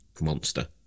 monster